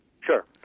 Sure